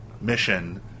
mission